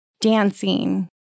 Dancing